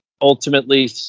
ultimately